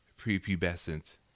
prepubescent